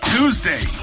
Tuesday